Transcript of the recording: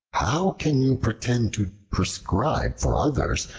how can you pretend to prescribe for others,